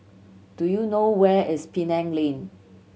do you know where is Penang Lane